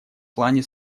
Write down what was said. плане